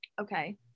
Okay